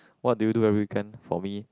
what do you do every weekend for me